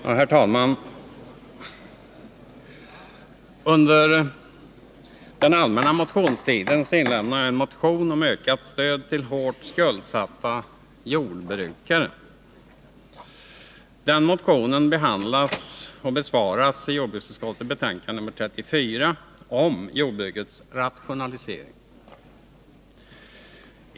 Herr talman! Under den allmänna motionstiden inlämnade jag en motion om ökat stöd till hårt skuldsatta jordbrukare. Den motionen behandlas och besvaras i jordbruksutskottets betänkande nr 34 om jordbrukets rationalisering.